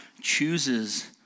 chooses